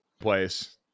place